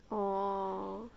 orh